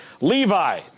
Levi